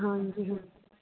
ਹਾਂਜੀ ਹਾਂਜੀ